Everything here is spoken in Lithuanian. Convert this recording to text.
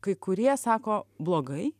kai kurie sako blogai